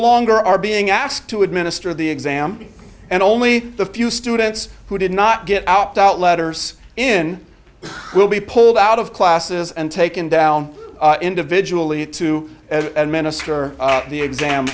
longer are being asked to administer the exam and only the few students who did not get out out letters in will be pulled out of classes and taken down individually to administer the exam